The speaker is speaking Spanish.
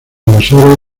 invasores